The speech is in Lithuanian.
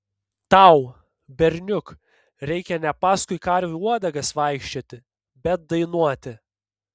tau berniuk reikia ne paskui karvių uodegas vaikščioti bet dainuoti